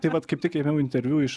tai vat kaip ėmiau interviu iš